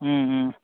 ও ও